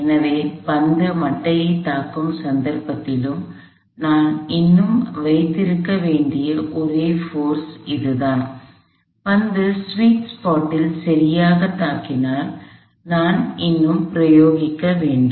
எனவே பந்து மட்டையைத் தாக்கும் சந்தர்ப்பத்திலும் நான் இன்னும் வைத்திருக்க வேண்டிய ஒரே சக்தி அதுதான் பந்து ஸ்வீட் ஸ்பாட்டில் சரியாகத் தாக்கினால் நான் இன்னும் பிரயோகிக்க வேண்டும்